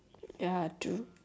ya true